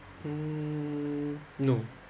mm no